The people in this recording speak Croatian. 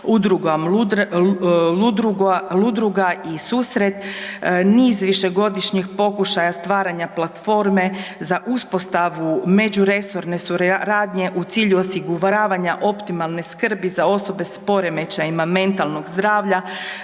udrugom „Ludruga i Susret“, niz višegodišnjih pokušaja stvaranja platforme za uspostavu međuresorne suradnje u cilju osiguravanja optimalne skrbi za osobe s poremećajima mentalnog zdravlja,